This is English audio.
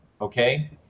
okay